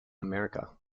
america